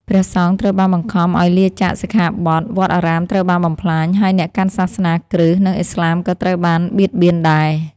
ព្រះសង្ឃត្រូវបានបង្ខំឱ្យលាចាកសិក្ខាបទ វត្តអារាមត្រូវបានបំផ្លាញ ហើយអ្នកកាន់សាសនាគ្រឹស្ត និងឥស្លាមក៏ត្រូវបានបៀតបៀនដែរ។